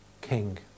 king